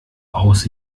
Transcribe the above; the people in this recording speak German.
aus